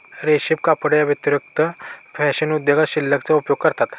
रेशीम कपड्यांव्यतिरिक्त फॅशन उद्योगात सिल्कचा उपयोग करतात